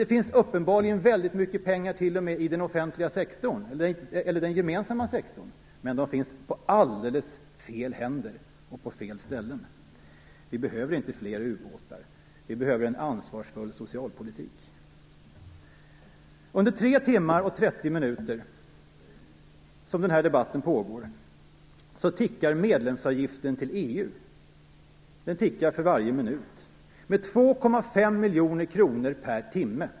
Det finns uppenbarligen väldigt mycket pengar t.o.m. i den gemensamma sektorn, men de finns på helt fel händer och på fel ställen. Vi behöver inte fler ubåtar, utan vi behöver en ansvarsfull socialpolitik. Under de tre timmar och trettio minuter som denna debatt pågår tickar medlemsavgiften till EU med 2,5 miljoner kronor per timme.